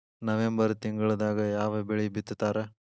November ತಿಂಗಳದಾಗ ಯಾವ ಬೆಳಿ ಬಿತ್ತತಾರ?